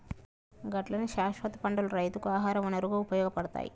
గట్లనే శాస్వత పంటలు రైతుకు ఆహార వనరుగా ఉపయోగపడతాయి